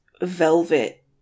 Velvet